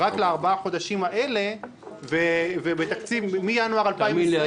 רק לארבעת החודשים האלה ומינואר 2020 --- תאמין לי,